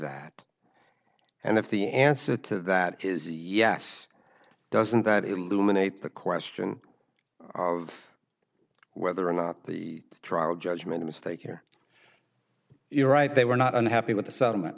that and if the answer to that is yes doesn't that illuminates the question of whether or not the trial judge made a mistake here you're right they were not unhappy with the settlement